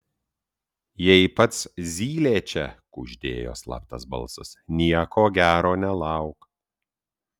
jei pats zylė čia kuždėjo slaptas balsas nieko gero nelauk